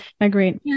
agree